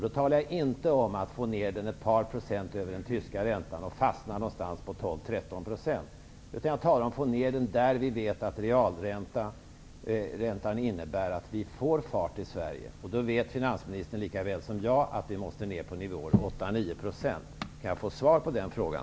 Då talar jag inte om att få ner den ett par procent över den tyska räntan och fastna någonstans på 12-- 13 %, utan jag talar om att få ner den där vi vet att realräntan innebär att vi får fart på Sverige. Då vet finansministern likaväl som jag att den måste ner till nivån 8--9 %. Kan jag få ett svar på den frågan?